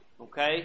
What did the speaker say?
okay